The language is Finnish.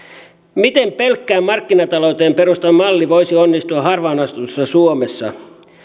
miten pelkkään markkinatalouteen perustuva malli voisi onnistua harvaan asutussa suomessa